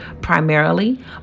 primarily